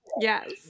Yes